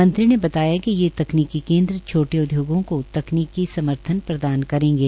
मंत्री ने बताया कि तकनीकी केन्द्र छोटे उद्योगों को तकनीकी समर्थन प्रदान करेंगे